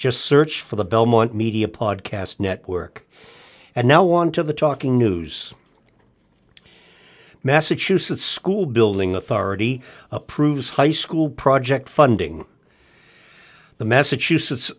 just search for the belmont media podcast network and now on to the talking news massachusetts school building authority approves high school project funding the massachusetts